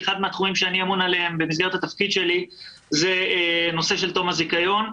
במסגרת התפקיד שלי זה הנושא של תום הזיכיון.